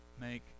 make